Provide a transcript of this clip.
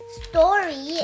story